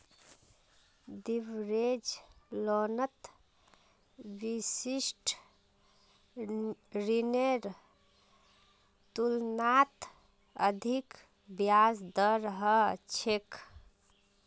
leverage लोनत विशिष्ट ऋनेर तुलनात अधिक ब्याज दर ह छेक